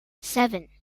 seven